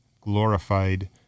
glorified